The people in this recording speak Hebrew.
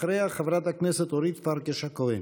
אחריה, חברת הכנסת אורית פרקש הכהן.